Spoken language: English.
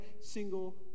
single